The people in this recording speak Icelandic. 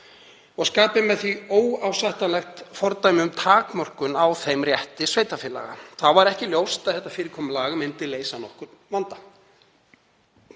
og skapi með því óásættanlegt fordæmi um takmörkun á þeim rétti sveitarfélaga. Þá var ekki ljóst að þetta fyrirkomulag myndi leysa nokkurn vanda.